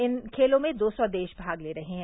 इन खेलों में दो सौ देश भाग ले रहे हैं